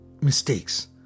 mistakes